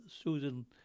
Susan